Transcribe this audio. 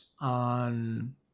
on